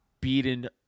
beaten